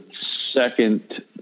second